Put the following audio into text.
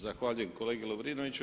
Zahvaljujem kolegi Lovrinoviću.